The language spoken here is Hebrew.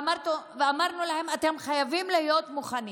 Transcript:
ואמרנו להם: אתם חייבים להיות מוכנים.